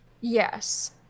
Yes